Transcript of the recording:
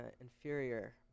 inferior